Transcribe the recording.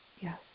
Yes